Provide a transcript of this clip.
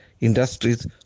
industries